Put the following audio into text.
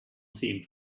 seemed